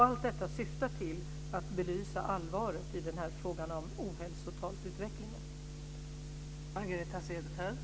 Allt detta syftar till att belysa allvaret i frågan om utvecklingen av ohälsotalet.